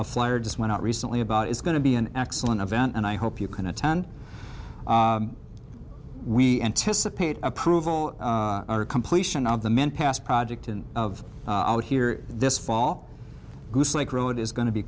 a flyer just went out recently about is going to be an excellent event and i hope you can attend we anticipate approval or completion of the men past project and of i would hear this fall goose lake road is going to be